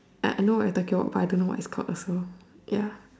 I I know what you're talking about but I don't know what is it called also ya